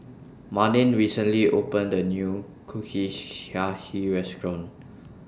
Marlin recently opened A New Restaurant